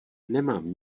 nemám